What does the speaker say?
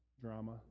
drama